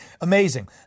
Amazing